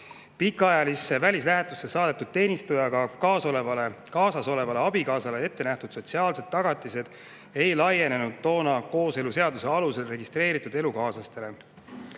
Pikaajalisse välislähetusse saadetud teenistujaga kaasas olevale abikaasale ette nähtud sotsiaalsed tagatised ei laienenud toona kooseluseaduse alusel registreeritud elukaaslastele.